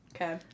Okay